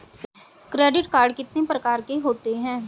Credit card कितने प्रकार के होते हैं?